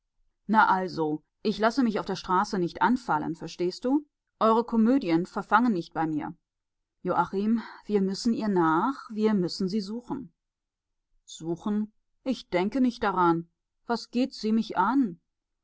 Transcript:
na also ich lasse mich auf der straße nicht anfallen verstehst du eure komödien verfangen nicht bei mir joachim wir müssen ihr nach wir müssen sie suchen suchen ich denke nicht daran was geht sie mich an